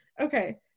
Okay